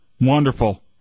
Wonderful